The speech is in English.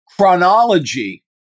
chronology